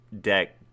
deck